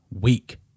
weak